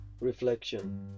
Reflection